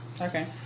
Okay